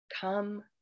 Come